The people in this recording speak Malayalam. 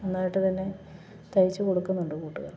നന്നായിട്ട് തന്നെ തയ്ച്ചു കൊടുക്കുന്നുണ്ട് കൂട്ടുകാർക്ക്